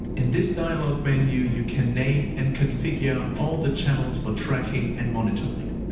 in this dialogue menu you can name and configure all the channels for tracking and monitoring.